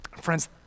Friends